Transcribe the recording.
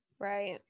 right